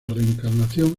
reencarnación